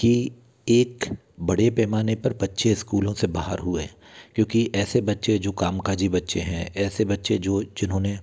कि एक बड़े पैमाने पर बच्चे स्कूलों से बाहर हुए क्योंकि ऐसे बच्चे जो कामकाजी बच्चे हैं ऐसे बच्चे जो जिन्होंने